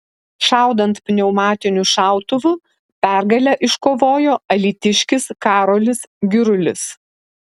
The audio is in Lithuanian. šaudant pneumatiniu šautuvu pergalę iškovojo alytiškis karolis girulis